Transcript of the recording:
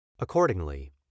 Accordingly